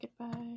Goodbye